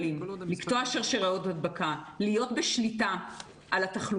הסקר הסרולוגי הוא על סמך הנוגדנים שהתפתחו מהגל